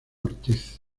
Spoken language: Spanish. ortiz